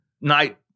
night